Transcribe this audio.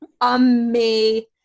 Amazing